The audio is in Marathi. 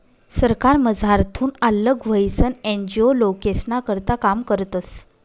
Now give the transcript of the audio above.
सरकारमझारथून आल्लग व्हयीसन एन.जी.ओ लोकेस्ना करता काम करतस